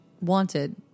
wanted